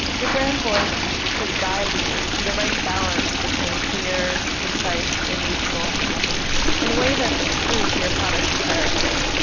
your brand voice should guide you to the right balance between clear, concise, and useful in a way that's true to your product's character.